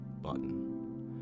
button